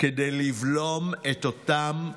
כדי לבלום לאותם פלסטינים,